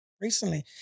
recently